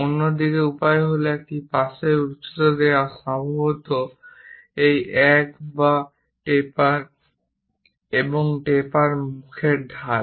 অন্য উপায় হল এক পাশের উচ্চতা দেওয়া সম্ভবত এই এক দৈর্ঘ্য টেপার এবং টেপার মুখের ঢাল